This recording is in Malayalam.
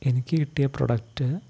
എനിക്കു കിട്ടിയ പ്രോഡക്റ്റ്